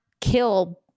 kill